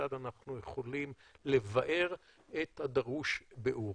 כיצד אנחנו יכולים לבאר את הדרוש ביאור.